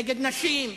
נגד נשים,